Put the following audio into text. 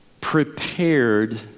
prepared